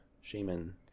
Shaman